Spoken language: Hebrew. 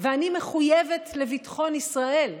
ואני מחויבת לביטחון ישראל.